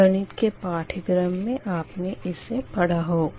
गणित के पाठ्यक्रम मे आपने इसे पढ़ा होगा